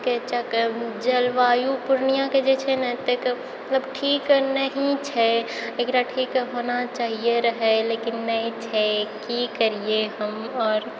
के चक्र जलवायु पूर्णियाँके जे छै नहि ठीक नहि छै एकरा ठीक होना चाहिये रहय लेल लेकिन नहि छै की करियै हम आओर